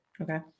Okay